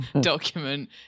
document